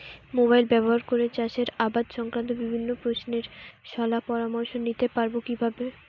Mobile ব্যাবহার করে চাষের আবাদ সংক্রান্ত বিভিন্ন প্রশ্নের শলা পরামর্শ নিতে পারবো কিভাবে?